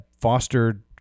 fostered